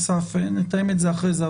אסף, נתאם את זה אחר כך.